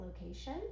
location